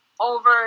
over